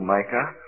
Micah